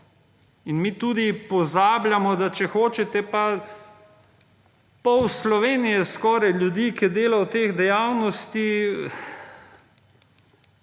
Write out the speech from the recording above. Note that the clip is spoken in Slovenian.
In mi tudi pozabljamo, da če hočete pa pol Slovenije skoraj ljudi, ki dela v teh dejavnosti,